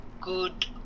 good